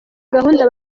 gahunda